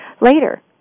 later